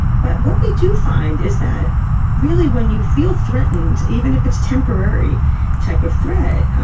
but what we do find is that really when you feel threatened, even if it's temporary type of threat,